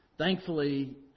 Thankfully